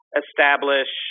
establish